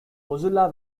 mozilla